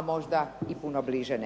možda negdje puno bliže.